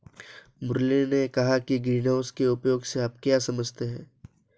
मुरली ने कहा कि ग्रीनहाउस के उपयोग से आप क्या समझते हैं?